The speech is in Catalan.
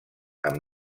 amb